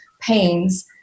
pains